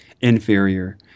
inferior